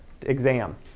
exam